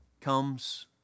comes